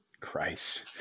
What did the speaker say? Christ